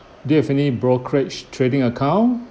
do you have any brokerage trading account